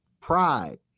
pride